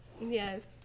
Yes